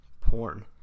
porn